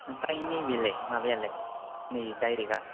ओमफाय नैबेलाय माबायालाय नै डाइरेक्टआ